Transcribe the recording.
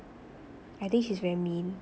I think she's very mean